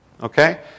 Okay